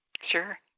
sure